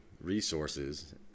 resources